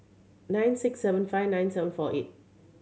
nine six seven five nine seven four eight